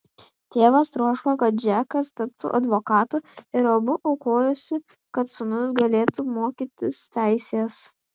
tėvas troško kad džekas taptų advokatu ir abu aukojosi kad sūnus galėtų mokytis teisės